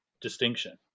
distinction